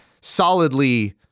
solidly